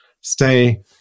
stay